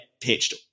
pitched